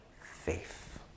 faith